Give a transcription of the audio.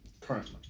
Currently